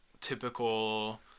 typical